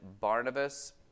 Barnabas